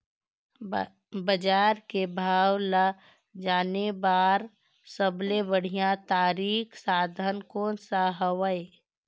बजार के भाव ला जाने बार सबले बढ़िया तारिक साधन कोन सा हवय?